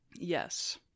Yes